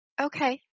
Okay